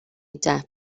depp